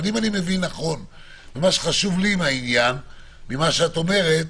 אבל אם אני מבין נכון, מה שחשוב לי ממה שאת אומרת,